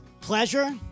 pleasure